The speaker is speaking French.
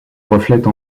reflète